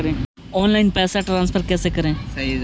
Online पैसा transfer कैसे करे?